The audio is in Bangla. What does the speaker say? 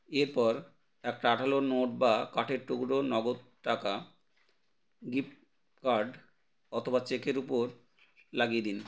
এরপর একটা আঠালো নোট বা কাঠের টুকরো নগদ টাকা গিফট কার্ড অথবা চেকের উপরে লাগিয়ে দিন